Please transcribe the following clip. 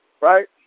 right